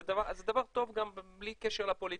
זה דבר טוב גם בלי קשר לפוליטיקה,